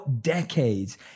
decades